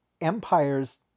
Empire's